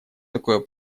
такое